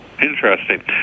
Interesting